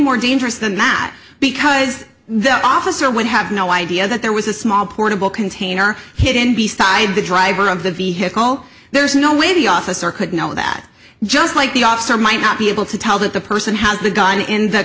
more dangerous than that because the officer would have no idea that there was a small portable container hidden beside the driver of the vehicle there's no way the officer could know that just like the avs are might not be able to tell that the person has the gun in the